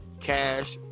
cash